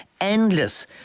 Endless